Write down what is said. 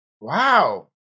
Wow